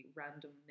random